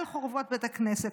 על חורבות בית הכנסת.